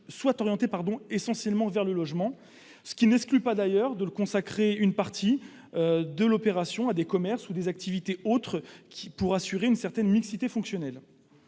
soit orientée essentiellement vers le logement, ce qui n'exclut pas d'ailleurs de consacrer une partie de l'opération à des commerces ou des activités autres, pour assurer une certaine mixité fonctionnelle.